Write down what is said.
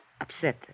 upset